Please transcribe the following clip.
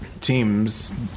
teams